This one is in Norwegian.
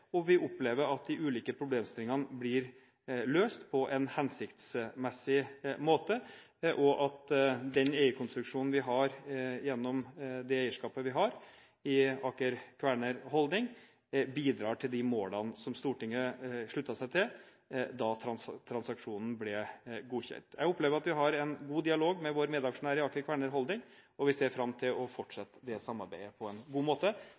og vi opplever at de ulike problemstillingene blir løst på en hensiktsmessig måte og at den eierkonstruksjonen vi har gjennom det eierskapet vi har i Aker Kværner Holding, bidrar til de målene som Stortinget sluttet seg til da transaksjonen ble godkjent. Jeg opplever at vi har en god dialog med vår medaksjonær i Aker Kværner Holding, og vi ser fram til å fortsette det samarbeidet på en god måte